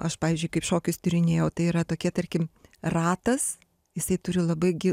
aš pavyzdžiui kaip šokius tyrinėjau tai yra tokie tarkim ratas jisai turi labai gi